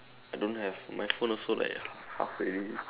I don't have my phone also like half already